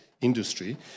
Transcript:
industry